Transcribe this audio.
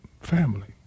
family